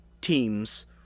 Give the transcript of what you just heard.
teams